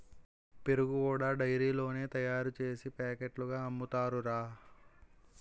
పెరుగు కూడా డైరీలోనే తయారుసేసి పాకెట్లుగా అమ్ముతారురా